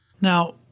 Now